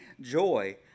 joy